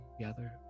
together